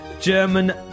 German